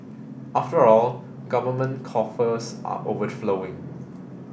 after all government coffers are overflowing